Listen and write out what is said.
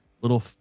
little